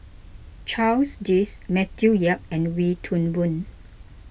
Charles Dyce Matthew Yap and Wee Toon Boon